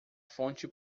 fonte